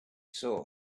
saw